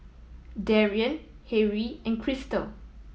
Darrien Harrie and Cristal